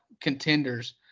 contenders